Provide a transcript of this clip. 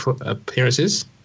appearances